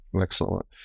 Excellent